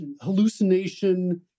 hallucination